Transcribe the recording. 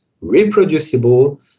reproducible